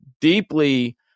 deeply